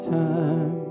time